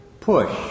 PUSH